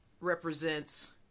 represents